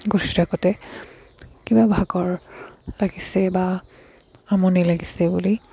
গুঠি থাকোঁতে কিবা ভাগৰ লাগিছে বা আমনি লাগিছে বুলি